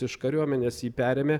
iš kariuomenės jį perėmė